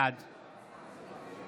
בעד